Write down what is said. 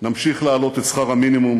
נמשיך להעלות את שכר המינימום.